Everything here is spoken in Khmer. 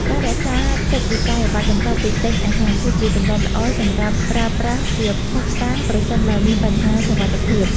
ការរក្សាទុកវិក្កយបត្របន្ទាប់ពីទិញអាហារ គឺជាទម្លាប់ល្អសម្រាប់ប្រើប្រាស់ជាភស្តុតាងប្រសិនបើមានបញ្ហាសុវត្ថិភាព។